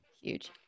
huge